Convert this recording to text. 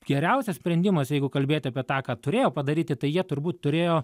geriausias sprendimas jeigu kalbėti apie tą ką turėjo padaryti tai jie turbūt turėjo